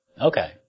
Okay